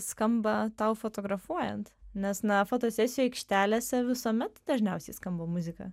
skamba tau fotografuojant nes na fotosesijų aikštelėse visuomet dažniausiai skamba muzika